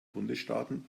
bundesstaaten